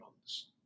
months